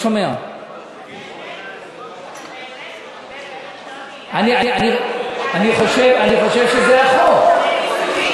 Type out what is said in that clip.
באמת משווה בין רישיון נהיגה, אני חושב שזה החוק.